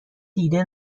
دیده